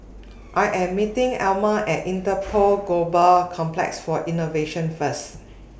I Am meeting Elmer At Interpol Global Complex For Innovation First